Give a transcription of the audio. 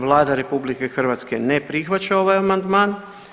Vlada RH ne prihvaća ovaj amandman.